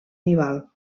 nival